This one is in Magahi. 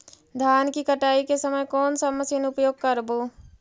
धान की कटाई के समय कोन सा मशीन उपयोग करबू?